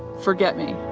forget me.